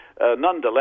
nonetheless